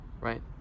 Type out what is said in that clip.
right